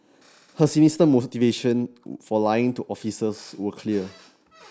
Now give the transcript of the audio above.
her sinister motivation for lying to officers were clear